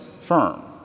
firm